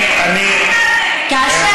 יש כאלה שלא משלמים.